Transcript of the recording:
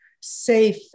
safe